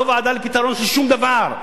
לא ועדה לפתרון של שום דבר.